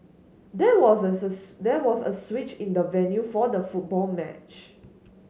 there was a there was a switch in the venue for the football match